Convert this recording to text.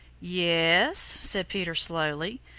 ye-es, said peter slowly.